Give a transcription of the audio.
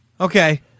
Okay